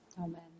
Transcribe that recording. Amen